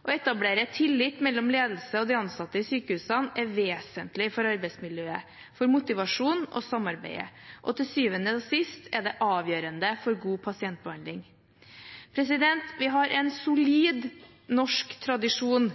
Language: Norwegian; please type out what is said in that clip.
Å etablere tillit mellom ledelse og de ansatte i sykehusene er vesentlig for arbeidsmiljøet, for motivasjonen og samarbeidet, og til syvende og sist er det avgjørende for god pasientbehandling. Vi har en solid norsk tradisjon